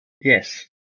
Yes